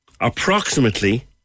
approximately